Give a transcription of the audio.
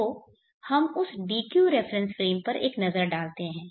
तो हम उस dq रेफरेन्स फ्रेम पर एक नजर डालते हैं